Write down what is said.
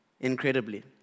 incredibly